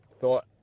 thought